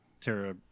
Tara